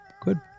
Good